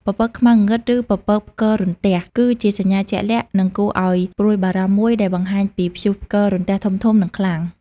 ពពកខ្មៅងងឹត ឬពពកផ្គររន្ទះ គឺជាសញ្ញាជាក់លាក់ និងគួរឱ្យព្រួយបារម្ភមួយដែលបង្ហាញពីព្យុះផ្គររន្ទះធំៗ និងខ្លាំង។